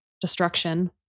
destruction